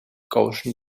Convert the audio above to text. gaussian